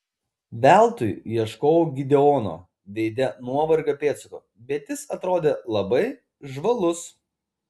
veltui ieškojau gideono veide nuovargio pėdsakų bet jis atrodė labai žvalus